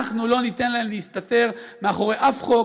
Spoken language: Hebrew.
אנחנו לא ניתן להם להסתתר מאחורי שום חוק,